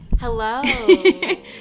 Hello